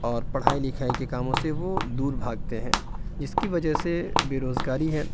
اور پڑھائی لکھائی کے کاموں سے وہ دور بھاگتے ہیں جس کی وجہ سے بے روزگاری ہے